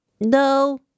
No